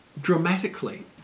dramatically